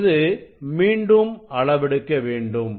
இப்பொழுது மீண்டும் அளவெடுக்க வேண்டும்